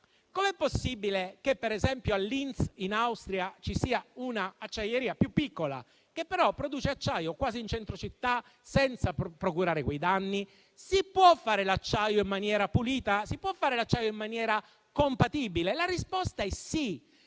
sia possibile che per esempio a Linz, in Austria, ci sia una acciaieria più piccola che però produce acciaio quasi in centro città senza procurare quei danni. Si può fare l'acciaio in maniera pulita e compatibile? La risposta è sì,